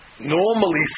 Normally